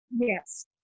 Yes